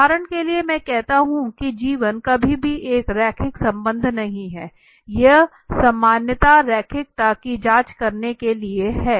उदाहरण के लिए मैं कहता हूँ की जीवन कभी भी एक रैखिक संबंध नहीं है यह सामान्यता रैखिकता की जाँच करने के लिए है